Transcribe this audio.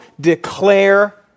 declare